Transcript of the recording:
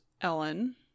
Ellen